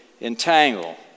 entangle